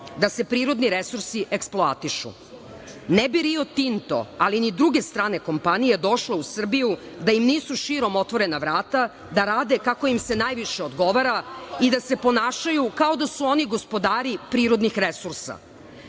da se prirodni resursi eksploatišu. Ne bi Rio Tinto, ali ni druge strane kompanije došle u Srbiju da im nisu širom otvorena vrata da rade kako im najviše odgovara i da se ponašaju kao da su oni gospodari prirodnih resursa.